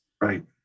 Right